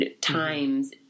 times